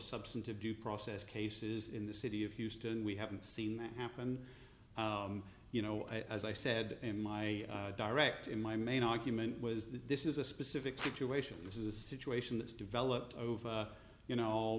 substantive due process cases in the city of houston we haven't seen that happen you know as i said in my direct in my main argument was that this is a specific situation this is a situation that's developed over you know